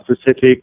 specific